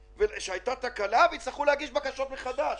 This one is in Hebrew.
שהייתה תקלה והם יצטרכו להגיש בקשות מחדש.